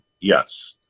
Yes